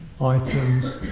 items